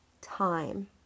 time